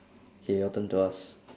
K your turn to ask